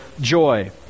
joy